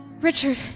Richard